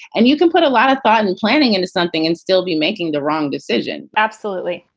and you can put a lot of thought and planning into something and still be making the wrong decision. absolutely.